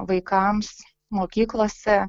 vaikams mokyklose